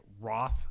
Roth